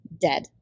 dead